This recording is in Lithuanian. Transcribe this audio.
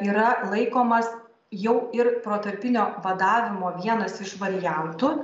yra laikomas jau ir protarpinio badavimo vienas iš variantų